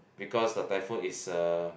because the typhoon is a